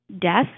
death